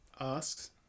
asks